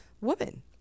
woman